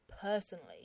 personally